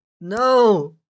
no